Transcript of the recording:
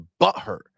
butthurt